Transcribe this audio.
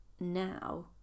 now